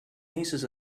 nieces